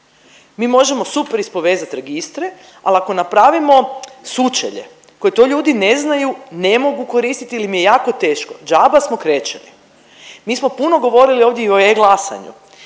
Mi možemo super ispovezati registre, ali ako napravimo sučelje koje to ljudi ne znaju, ne mogu koristiti ili im je jako teško, džaba smo krečili. Mi smo puno govorili ovdje i o e-Glasanju.